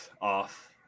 off